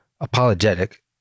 apologetic